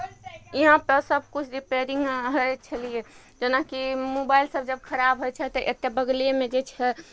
इहाँ पर सब किछु रिपेयरिंग होइ छलियै जेनाकि मोबाइल सब जब खराब होइ छै तऽ एते बगलेमे जे छै